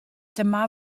dyma